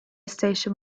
station